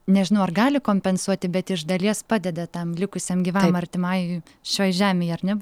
nežinau ar gali kompensuoti bet iš dalies padeda tam likusiam gyvam artimajui šioj žemėj ar ne